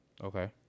Okay